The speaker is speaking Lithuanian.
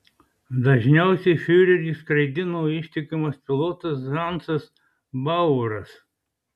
dažniausiai fiurerį skraidino ištikimasis pilotas hansas bauras